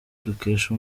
dukesha